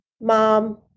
mom